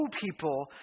people